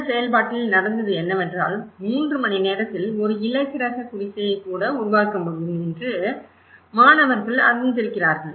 இந்த செயல்பாட்டில் நடந்தது என்னவென்றால் 3 மணி நேரத்தில் ஒரு இலகுரக குடிசையை கூட உருவாக்க முடியும் என்று மாணவர்கள் அறிந்திருக்கிறார்கள்